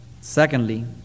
Secondly